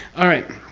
alright.